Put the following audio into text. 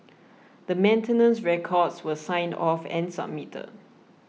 the maintenance records were signed off and submitted